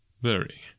Very